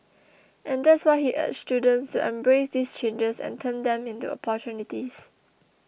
and that's why he urged students to embrace these changes and turn them into opportunities